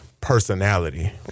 personality